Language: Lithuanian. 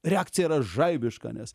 reakcija yra žaibiška nes